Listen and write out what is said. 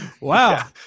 Wow